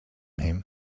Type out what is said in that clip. him